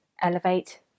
Elevate